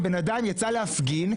בן אדם יצא להפגין,